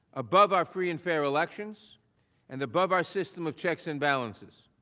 above our free and fair elections and above are system of checks and balances.